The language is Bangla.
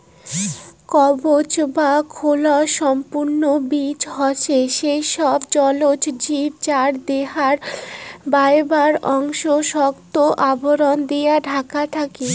কবচ বা খোলক সম্পন্ন জীব হসে সেই সব জলজ জীব যার দেহার বায়রার অংশ শক্ত আবরণ দিয়া ঢাকা থাকি